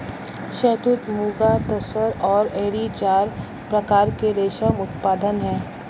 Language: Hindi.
शहतूत, मुगा, तसर और एरी चार प्रकार के रेशम उत्पादन हैं